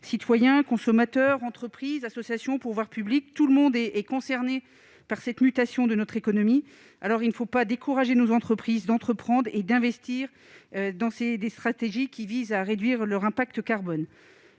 citoyens-consommateurs, entreprises, associations, pouvoirs publics -est concerné par cette mutation de notre économie et il ne faut décourager personne d'entreprendre et d'investir dans des stratégies qui visent à réduire l'impact carbone.